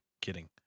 Kidding